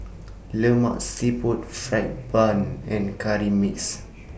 Lemak Siput Fried Bun and Curry Mixed